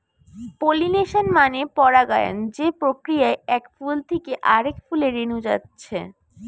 pollination মানে পরাগায়ন যে প্রক্রিয়ায় এক ফুল থিকে আরেক ফুলে রেনু যাচ্ছে